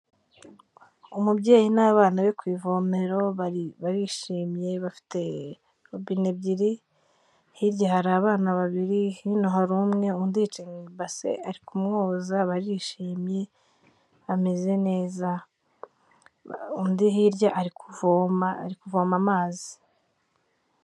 Umubyeyi n'abana be ku ivomero bari barishimye bafite robine ebyiri, hirya hari abana babiri, hino hari umwe, undi yicaye mu ibase, bari kumwoza barishimye bameze neza. Undi hirya ari kuvoma amazi.